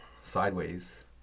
sideways